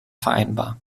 vereinbar